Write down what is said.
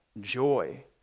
joy